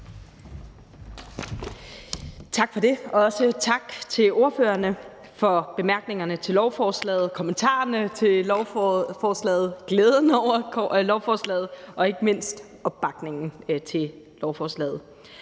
Tak for det, og også tak til ordførerne for bemærkningerne og kommentarerne til lovforslaget, glæden over lovforslaget og ikke mindst opbakningen til lovforslaget.